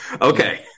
Okay